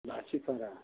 नाथिफारा